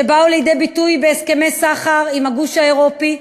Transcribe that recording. שבאו לידי ביטוי בהסכמי סחר עם הגוש האירופי,